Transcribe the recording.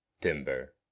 timber